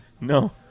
No